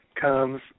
comes